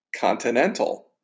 Continental